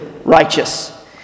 Righteous